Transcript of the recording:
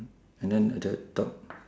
and then at that top